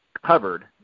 covered